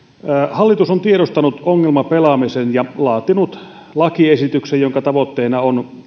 hallitus on tiedostanut ongelmapelaamisen ja laatinut lakiesityksen jonka tavoitteena on